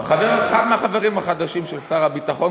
אחד מהחברים החדשים של שר הביטחון,